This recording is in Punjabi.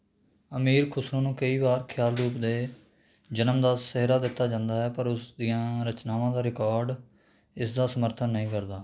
ਅਮੀਰ ਖੁਸਰੋ ਨੂੰ ਕਈ ਵਾਰ ਖਿਆਲ ਰੂਪ ਦੇ ਜਨਮ ਦਾ ਸਿਹਰਾ ਦਿੱਤਾ ਜਾਂਦਾ ਹੈ ਪਰ ਉਸ ਦੀਆਂ ਰਚਨਾਵਾਂ ਦਾ ਰਿਕਾਰਡ ਇਸ ਦਾ ਸਮਰਥਨ ਨਹੀਂ ਕਰਦਾ